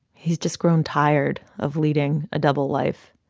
he's just grown tired of leading a double life.